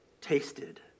tasted